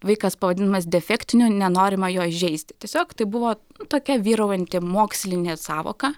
vaikas pavadinamas defektiniu nenorima jo įžeisti tiesiog tai buvo tokia vyraujanti mokslinė sąvoka